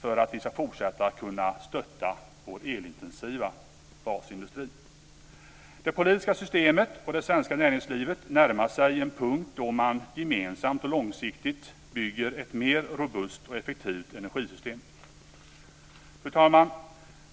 för att vi ska kunna fortsätta att stötta vår elintensiva basindustri. Det politiska systemet och det svenska näringslivet närmar sig en punkt då man gemensamt och långsiktigt bygger ett mer robust och effektivt energisystem.